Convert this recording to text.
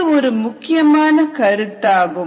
இது ஒரு முக்கியமான கருத்தாகும்